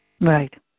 Right